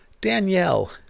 Danielle